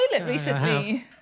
recently